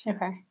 Okay